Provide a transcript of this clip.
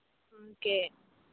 okay